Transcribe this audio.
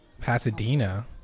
Pasadena